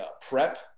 prep